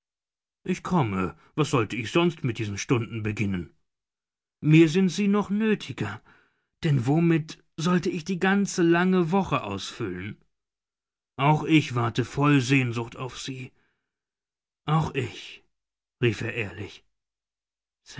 ich komme was sollte ich sonst mit diesen stunden beginnen mir sind sie noch nötiger denn womit sollte ich die ganze lange woche ausfüllen auch ich warte voll sehnsucht auf sie auch ich rief er ehrlich